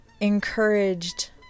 encouraged